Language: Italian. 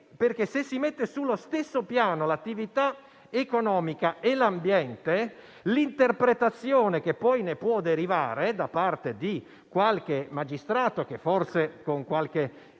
Se si mettono sullo stesso piano l'attività economica e l'ambiente, l'interpretazione che poi ne può derivare da parte di qualche magistrato, forse ideologizzato